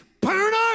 burner